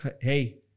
hey